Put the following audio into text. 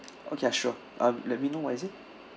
okay ya sure uh let me know what is it